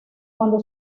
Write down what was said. cuando